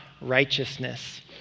righteousness